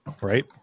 right